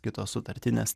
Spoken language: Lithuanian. kitos sutartinės